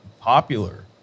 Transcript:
popular